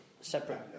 Separate